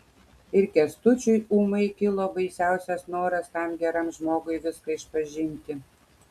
ir kęstučiui ūmai kilo baisiausias noras tam geram žmogui viską išpažinti